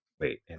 wait